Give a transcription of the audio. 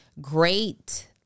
great